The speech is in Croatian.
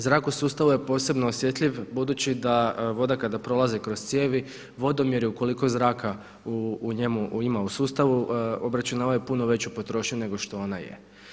Zrak u sustavu je posebno osjetljiv budući da voda kada prolazi kroz cijevi, vodomjeri ukoliko zraka u njemu ima u sustavu obračunavaju puno veću potrošnju nego što ona je.